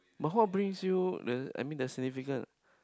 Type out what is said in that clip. but what brings you I mean the significance